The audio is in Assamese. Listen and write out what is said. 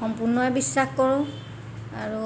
সম্পূৰ্ণই বিশ্বাস কৰোঁ আৰু